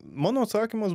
mano atsakymas